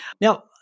Now